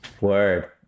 Word